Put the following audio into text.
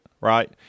Right